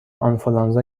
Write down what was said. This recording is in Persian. آنفولانزا